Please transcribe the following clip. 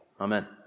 Amen